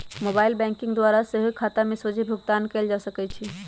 mobile banking द्वारा सेहो खता में सोझे भुगतान कयल जा सकइ छै